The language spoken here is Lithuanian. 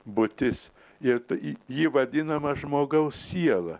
būtis ir ta ji ji vadinama žmogaus siela